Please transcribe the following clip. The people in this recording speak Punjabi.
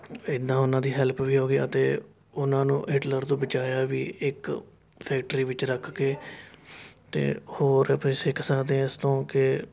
ਇੱਦਾਂ ਉਹਨਾਂ ਦੀ ਹੈੱਲਪ ਵੀ ਹੋ ਗਈ ਅਤੇ ਉਹਨਾਂ ਨੂੰ ਹਿਟਲਰ ਤੋਂ ਬਚਾਇਆ ਵੀ ਇੱਕ ਫੈਕਟਰੀ ਵਿੱਚ ਰੱਖ ਕੇ ਅਤੇ ਹੋਰ ਫਿਰ ਸਿੱਖ ਸਕਦੇ ਹਾਂ ਇਸ ਤੋਂ ਕਿ